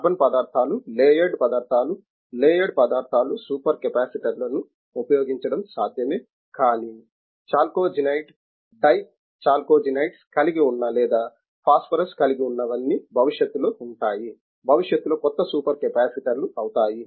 carbon పదార్థాలు layered పదార్థాలు layered పదార్థాలు సూపర్ కెపాసిటర్లను ఉపయోగించడం సాధ్యమే కాని చాల్కోజెనిడ్లు డైచల్కోజెనిడ్స్ సల్ఫర్ కలిగి ఉన్న లేదా ఫాస్ఫరస్ కలిగి ఉన్నవన్నీ భవిష్యత్తులో ఉంటాయి భవిష్యత్తులో కొత్త సూపర్ కెపాసిటర్లు అవుతాయి